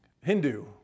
Hindu